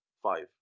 five